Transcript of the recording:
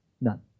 None